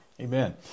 Amen